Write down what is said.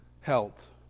health